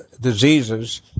diseases